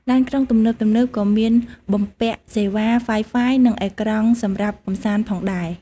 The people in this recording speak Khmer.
ឡានក្រុងទំនើបៗក៏មានបំពាក់សេវា Wi-Fi និងអេក្រង់សម្រាប់កម្សាន្តផងដែរ។